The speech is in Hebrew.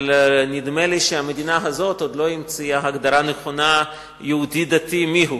אבל נדמה לי שהמדינה הזאת עוד לא המציאה הגדרה נכונה של יהודי דתי מיהו,